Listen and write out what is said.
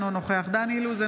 אינו נוכח דן אילוז,